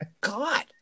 God